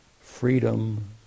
freedom